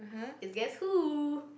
is guess who